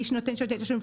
מי שנותן שירותי תשלום,